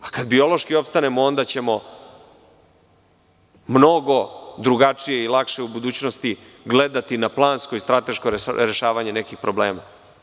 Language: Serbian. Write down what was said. Kada biološki opstanemo onda ćemo mnogo drugačije i lakše u budućnosti gledati na plansko i strateško rešavanje nekih problema.